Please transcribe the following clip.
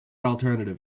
alternative